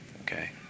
okay